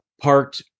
parked